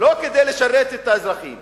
לא כדי לשרת את האזרחים